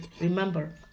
Remember